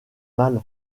mal